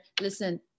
listen